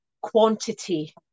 quantity